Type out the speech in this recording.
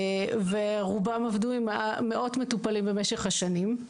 רובם עבדו עם מאות מטופלים במשך השנים.